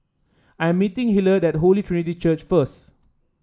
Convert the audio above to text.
I'm meeting Hilliard at Holy Trinity Church first